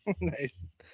Nice